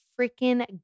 freaking